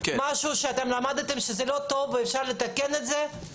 משהו שאתם למדתם שהוא לא טוב ושאפשר לתקן אותו?